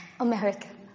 America